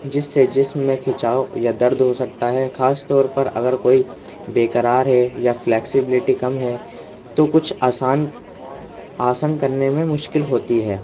جس سے جسم کھینچاؤ یا درد ہو سکتا ہے خاص طور پر اگر کوئی بےقرار ہے یا فلیکسبلیٹی کم ہے تو کچھ آسان آسن کرنے میں مشکل ہوتی ہے